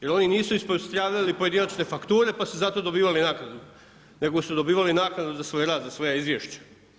Jer oni nisu ispostavljali pojedinačne fakture pa su zato dobivali naknadu, nego su dobivali naknadu za svoj rad, za svoja izvješća.